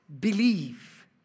believe